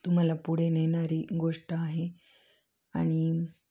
तुम्हाला पुढे नेणारी गोष्ट आहे आणि